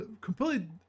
completely